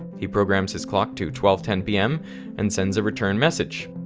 he programs his clock to twelve ten pm and sends a return message.